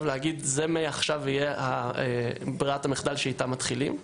לומר שמעכשיו זאת תהיה ברירת המחדל איתה מתחילים.